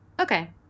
Okay